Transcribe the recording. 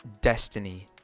Destiny